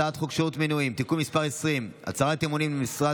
הצעת חוק שירות המדינה (מינויים) (תיקון מס' 20) (הצהרת אמונים למשרת